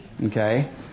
Okay